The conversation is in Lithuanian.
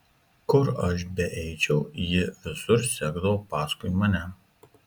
kur aš beeičiau ji visur sekdavo paskui mane